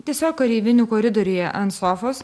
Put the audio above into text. tiesiog kareivinių koridoriuje ant sofos